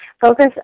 Focus